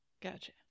Gotcha